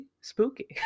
spooky